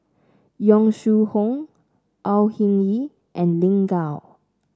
Yong Shu Hoong Au Hing Yee and Lin Gao